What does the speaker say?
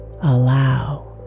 allow